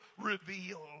reveal